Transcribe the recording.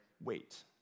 wait